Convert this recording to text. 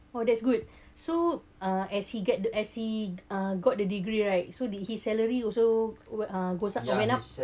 oh that's good so uh as he get as he ah got the degree right so did his salary also uh goes up went up